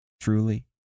Truly